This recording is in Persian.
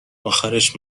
آخرش